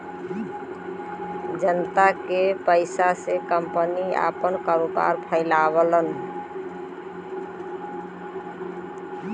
जनता के पइसा से कंपनी आपन कारोबार फैलावलन